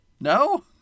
No